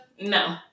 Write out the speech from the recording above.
No